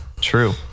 True